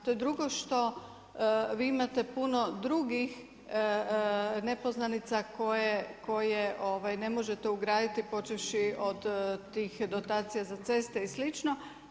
To je drugo što vi imate puno drugih nepoznanica koje ne možete ugraditi počevši od tih dotacija za ceste i slično.